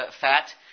fat